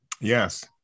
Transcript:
Yes